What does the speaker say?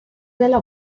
dela